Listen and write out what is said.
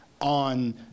on